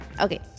Okay